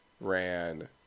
ran